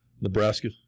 Nebraska